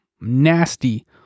nasty